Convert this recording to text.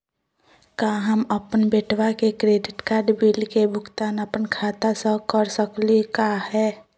का हम अपन बेटवा के क्रेडिट कार्ड बिल के भुगतान अपन खाता स कर सकली का हे?